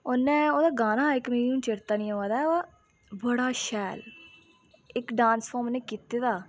उन्ने इक गाना इक मी हून चेता नी आवा दा ऐ बड़ा शैल इक डांस प्रर्फॉम उनें कीते दा